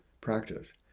practice